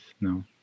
no